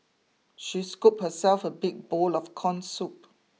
she scooped herself a big bowl of corn soup